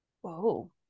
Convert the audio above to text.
Whoa